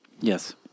Yes